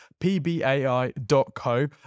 PBAI.co